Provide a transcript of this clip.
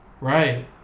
right